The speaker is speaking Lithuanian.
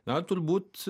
na turbūt